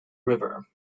river